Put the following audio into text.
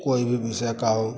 कोई भी विषय का हो